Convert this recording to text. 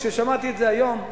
כששמעתי את זה היום,